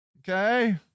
okay